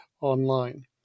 online